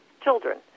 children